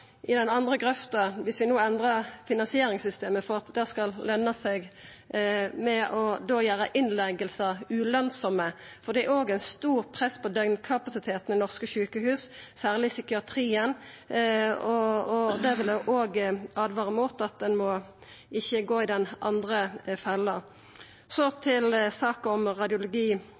i den fella – viss vi no endrar finansieringssystemet for at det skal løna seg – å gjera innleggingar ulønsame. Det er eit stort press på døgnkapasiteten i norske sjukehus, særleg i psykiatrien, og eg vil åtvara mot å gå i den fella. Så til saka om